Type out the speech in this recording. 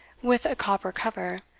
with a copper cover,